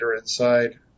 inside